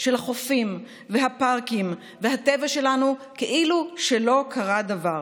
של החופים והפארקים והטבע שלנו כאילו שלא קרה דבר.